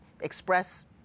express